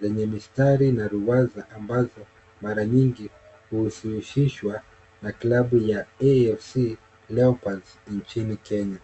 zenye mistari na ruwaza ambazo mara nyingi huhusishwa na klabu ya AFC Leopards nchini Kenya.